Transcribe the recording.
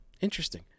Interesting